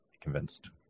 convinced